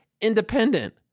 independent